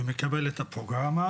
הוא מקבל את הפרוגרמה,